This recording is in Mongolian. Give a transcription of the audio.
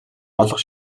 олох